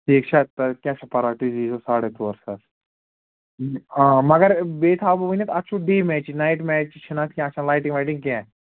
ٹھیٖک چھا تہٕ کیٛاہ چھِ اتھ ونان تُہۍ دییٖزیٚو ساڑے ژور ساس آ مگر بیٚیہِ تھاوٕ بہٕ ؤنِتھ اَتھ چھُو ڈے میچے نایِٹ میچ چھِنہٕ اتھ کیٚنٛہہ اتھ چھَنہٕ لایٹِنٛگ وایٹِنٛگ کیٚنٛہہ